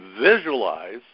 visualize